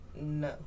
no